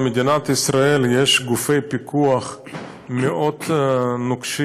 במדינת ישראל יש גופי פיקוח מאוד נוקשים